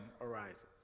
arises